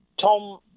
Tom